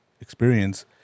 experience